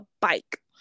bike